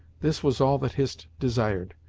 this was all that hist desired.